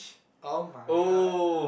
!oh-my-god!